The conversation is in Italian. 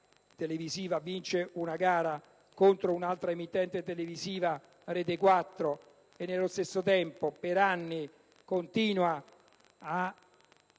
televisiva vince una gara contro un'altra emittente televisiva (Rete 4). Nello stesso tempo, infatti,